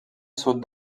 sud